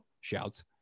shouts